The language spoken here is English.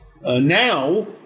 Now